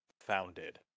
founded